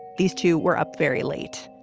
these two were up very late.